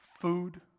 food